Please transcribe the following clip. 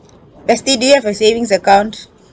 vesti do you have a savings account